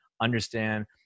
understand